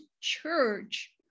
church